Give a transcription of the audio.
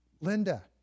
Linda